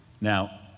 Now